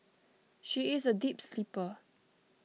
she is a deep sleeper